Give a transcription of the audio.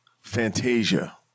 Fantasia